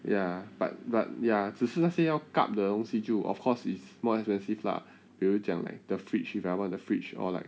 ya but but ya 只是那些要 kap 的东西就 of course is more expensive lah 比如讲 like the fridge if I want the fridge or like